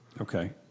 Okay